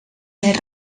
més